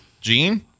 Gene